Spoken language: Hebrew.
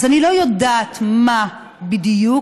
אז אני לא יודעת מה בדיוק,